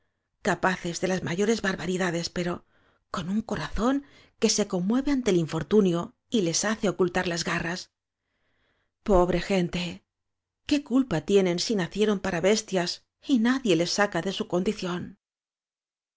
capaces de las mayores barbaridades pero con un corazón que se conmueve ante el in fortunio y les hace ocultar las garras po bre gente qué culpa tienen si nacieron para bestias y nadie les saca de su condición